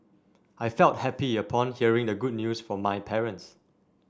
I felt happy upon hearing the good news from my parents